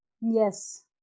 Yes